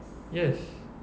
yes